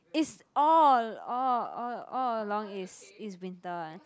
is all all all all along is is winter one